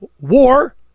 War